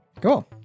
Cool